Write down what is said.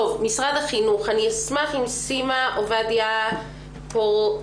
משרד החינוך, אני אשמח אם סימה עובדיה פורצנל,